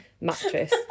mattress